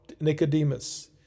Nicodemus